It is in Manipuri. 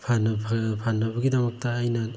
ꯐꯅꯕꯒꯤꯗꯃꯛꯇ ꯑꯩꯅ